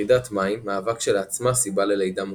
ירידת מים מהווה כשלעצמה סיבה ללידה מוקדמת,